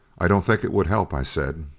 i don't think it would help, i said.